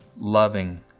loving